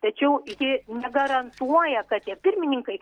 tačiau ji negarantuoja kad tie pirmininkai